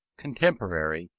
contemporary,